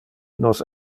nos